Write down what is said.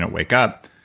wake up.